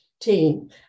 team